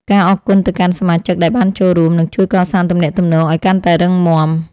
ការអរគុណទៅកាន់សមាជិកដែលបានចូលរួម នឹងជួយកសាងទំនាក់ទំនងឱ្យកាន់តែរឹងមាំ។